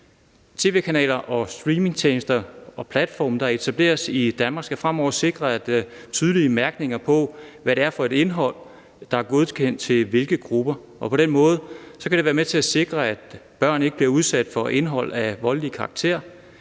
Tv-kanaler og streamingtjenester og platforme, der etableres i Danmark, skal fremover sikres med tydelige mærkninger på, hvad det er for et indhold, der er godkendt til hvilke grupper, og på den måde kan det være med til at sikre, at børn ikke bliver udsat for indhold af voldelig karakter.